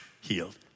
healed